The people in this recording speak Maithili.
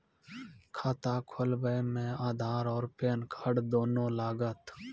खाता खोलबे मे आधार और पेन कार्ड दोनों लागत?